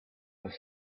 was